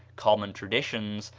common traditions,